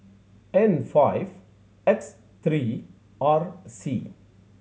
N five X three R C